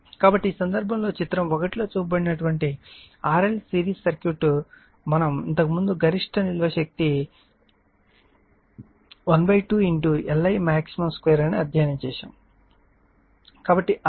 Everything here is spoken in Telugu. కాబట్టి ఈ సందర్భంలో చిత్రం 1 లో చూపబడిన RL సిరీస్ సర్క్యూట్ మనం ఇంతకుముందు గరిష్ట నిల్వ శక్తి ½ L I max 2 అని అధ్యయనం చేశాము